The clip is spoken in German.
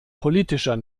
politischer